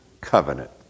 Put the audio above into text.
covenant